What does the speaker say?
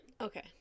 okay